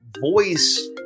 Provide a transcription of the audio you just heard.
voice